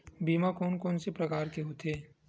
बीमा कोन कोन से प्रकार के होथे?